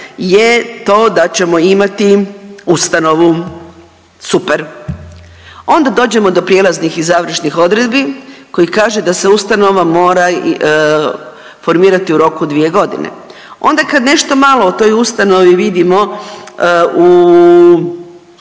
je to da ćemo imati ustanovu. Super. Onda dođemo do prijelaznih i završnih odredbi koji kaže da se ustanova mora formirati u roku od 2 godine. Onda kad nešto malo o toj ustanovi vidimo u